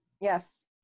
Yes